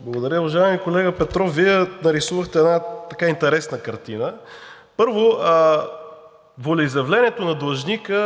Благодаря. Уважаеми колега Петров, Вие нарисувахте една интересна картина. Първо, волеизявлението на длъжника